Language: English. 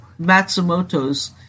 Matsumoto's